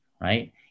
right